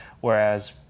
Whereas